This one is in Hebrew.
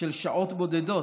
של שעות בודדות,